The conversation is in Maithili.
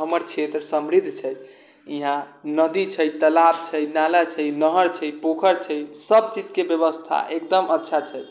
हमर क्षेत्र समृद्ध छै यहाँ नदी छै तालाब छै नाला छै नहर छै पोखरि छै सबचीजके बेबस्था एकदम अच्छा छै